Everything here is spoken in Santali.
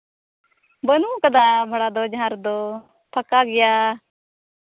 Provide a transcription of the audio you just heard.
ᱵᱟᱹᱱᱩᱜ ᱠᱟᱫᱟ ᱵᱷᱟᱲᱟᱫᱚ ᱡᱟᱦᱟᱸ ᱨᱮᱫᱚ ᱯᱷᱟᱸᱠᱟ ᱜᱮᱭᱟ